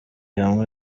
hamwe